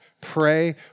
pray